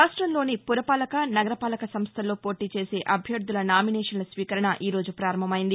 రాష్టంలోని పురపాలక నగరపాలక సంస్థల్లో పోటీ చేసే అభ్యర్థుల నామినేషన్ల స్వీకరణ ఈ రోజు ప్రారంభమైంది